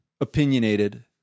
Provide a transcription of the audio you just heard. opinionated